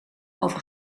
over